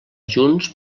junts